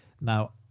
Now